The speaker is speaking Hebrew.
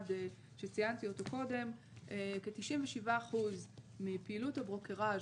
שציינתי אותו קודם: כ-97% מפעילות הברוקראז',